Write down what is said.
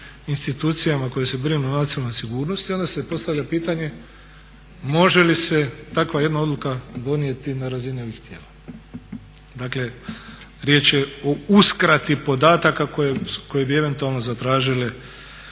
institucijama koje se brinu o nacionalnoj sigurnosti onda se postavlja pitanje može li se takva jedna odluka donijeti na razini ovih tijela. Dakle riječ je o uskrati podataka koje bi eventualno zatražile